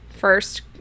First